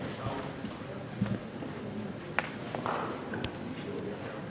(חברי הכנסת מכבדים בקימה את צאת נשיא המדינה מאולם